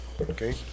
Okay